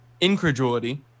incredulity